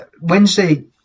Wednesday